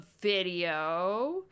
video